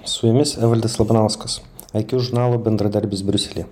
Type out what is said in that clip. su jumis evaldas labanauskas iq žurnalo bendradarbis briuselyje